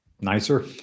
nicer